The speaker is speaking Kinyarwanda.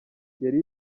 yari